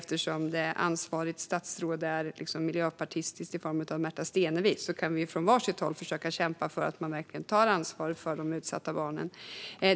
Eftersom ansvarigt statsråd, Märta Stenevi, är miljöpartist kan vi från var sitt håll försöka kämpa för att man verkligen tar ansvar för de utsatta barnen.